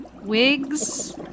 wigs